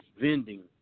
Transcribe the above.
vending